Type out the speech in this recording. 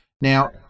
Now